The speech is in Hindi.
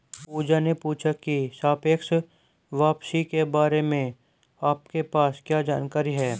पूजा ने पूछा की सापेक्ष वापसी के बारे में आपके पास क्या जानकारी है?